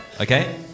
Okay